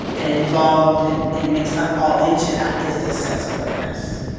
and involved and and mixed up all into that is this sense of whiteness.